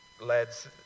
lads